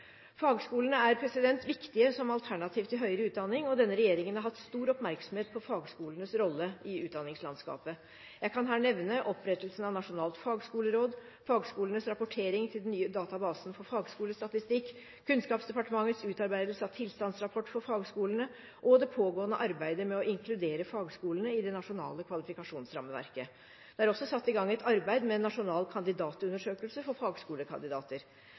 Fagskolene er viktige som alternativ til høyere utdanning, og denne regjeringen har hatt stor oppmerksomhet på fagskolenes rolle i utdanningslandskapet. Jeg kan her nevne opprettelsen av Nasjonalt fagskoleråd, fagskolenes rapportering til den nye databasen for fagskolestatistikk, Kunnskapsdepartementets utarbeidelse av tilstandsrapport for fagskolene og det pågående arbeidet med å inkludere fagskolene i det nasjonale kvalifikasjonsrammeverket. Det er også satt i gang et arbeid med en nasjonal kandidatundersøkelse for fagskolekandidater.